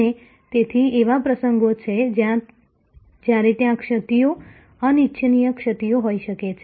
અને તેથી એવા પ્રસંગો છે જ્યારે ત્યાં ક્ષતિઓ અનિચ્છનીય ક્ષતિઓ હોઈ શકે છે